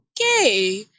okay